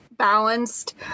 balanced